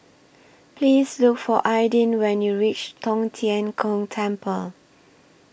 Please Look For Aydin when YOU REACH Tong Tien Kung Temple